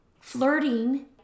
Flirting